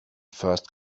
first